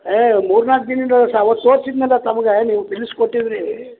ಹೇ ಮೂರು ನಾಲ್ಕು ದಿನ್ದಿಂದ ಸ ಅವತ್ತು ತೋರ್ಸಿದ್ನಲ್ಲ ತಮಗೆ ನೀವು ಪಿಲ್ಸ್ ಕೊಟ್ಟಿದ್ದಿರಿ